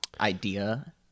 idea